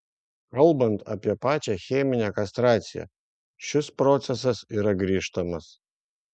kalbant apie pačią cheminę kastraciją šis procesas yra grįžtamas